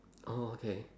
orh okay